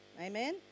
Amen